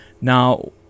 Now